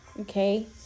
okay